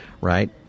right